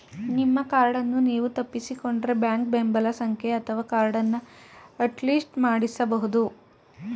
ನಿಮ್ಮ ಕಾರ್ಡನ್ನು ನೀವು ತಪ್ಪಿಸಿಕೊಂಡ್ರೆ ಬ್ಯಾಂಕ್ ಬೆಂಬಲ ಸಂಖ್ಯೆ ಅಥವಾ ಕಾರ್ಡನ್ನ ಅಟ್ಲಿಸ್ಟ್ ಮಾಡಿಸಬಹುದು